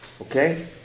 Okay